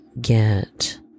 get